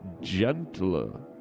gentler